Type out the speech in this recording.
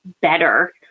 better